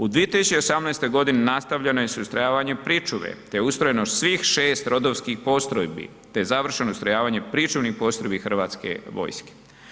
U 2018. nastavljeno je sa ustrojavanjem pričuve te ustrojeno svih 6 rodovskih postrojbi te završeno ustrojavanje pričuvnih postrojbi Hrvatske vojske.